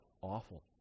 awful